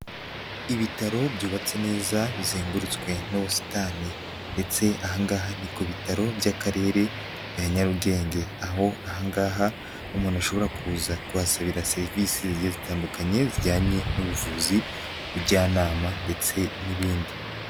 Ibitaro byubatse neza bizengurutswe n'ubusitani ndetse ahangaha ni ku bitaro by'akarere bya Nyarugenge aho ahangaha umuntu ashobora kuza kubasabira serivisi zitandukanye zijyanye n'ubuvuzi, ubujyanama ndetse n'ibindi.